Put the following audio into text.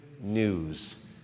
news